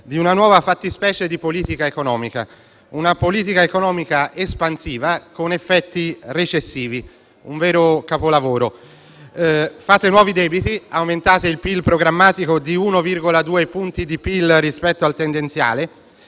di una nuova fattispecie di politica economica: una politica economica espansiva con effetti recessivi, un vero capolavoro. Fate nuovi debiti, aumentate il PIL programmatico di 1, 2 punti rispetto al tendenziale